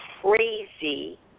crazy